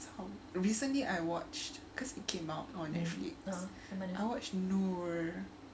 recently I watched because it came out on netflix I watched nur